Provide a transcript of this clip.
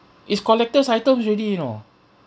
is collector's items already you know